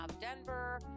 Denver